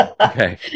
Okay